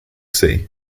sea